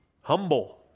humble